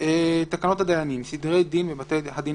"תקנות הדיינים (סדרי דין בבתי הדין